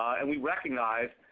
and we recognize